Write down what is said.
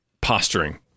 posturing